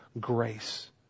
grace